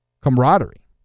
camaraderie